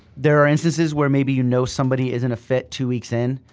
there are instances where maybe you know somebody isn't a fit two weeks in,